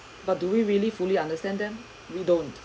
but do we really fully understand them we don't